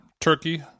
turkey